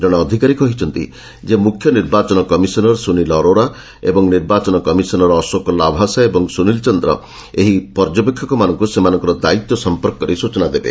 ଜଣେ ଅଧିକାରୀ କହିଛନ୍ତି ଯେ ମୁଖ୍ୟନିର୍ବାଚନ କମିଶନର ସୁନୀଲ ଆରୋରା ଏବଂ ନିର୍ବାଚନ କମିଶନର ଅଶୋକ ଲାଭାସା ଓ ସୁଶୀଲ ଚନ୍ଦ୍ର ଏହି ପର୍ଯ୍ୟବେକ୍ଷକମାନଙ୍କୁ ସେମାନଙ୍କର ଦାୟିତ୍ୱ ସଂପର୍କରେ ସ୍ଟଚନା ଦେବେ